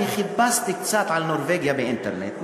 אני חיפשתי קצת חומר על נורבגיה באינטרנט.